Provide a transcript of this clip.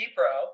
Pro